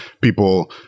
people